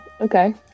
okay